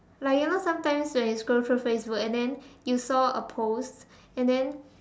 like you know sometimes when you scroll through Facebook and then you saw a post and then